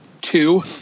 Two